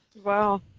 wow